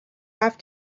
have